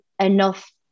enough